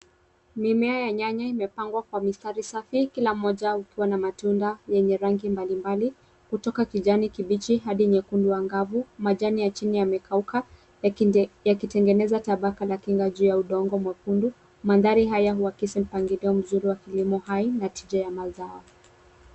Mimea ya nyanya imepangwa kwa mistari safi kila moja ukiwa na matunda yenye rangi mbalimbali kutoka kijani kibichi hadi nyekundu angavu. Majani ya chini yamekauka yakitengeneza tabaka ya kinga juu ya udongo mwekundu. Mandhari haya huakisi mpangilio wa kilimo hai na tija ya mazao.